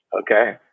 Okay